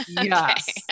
yes